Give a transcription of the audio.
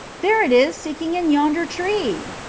there it is, sticking in yonder tree.